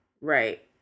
right